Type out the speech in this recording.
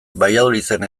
valladoliden